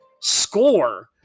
score